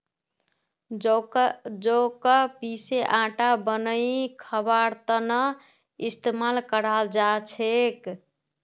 जौ क पीसे आटा बनई खबार त न इस्तमाल कराल जा छेक